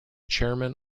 chairman